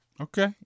Okay